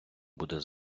буде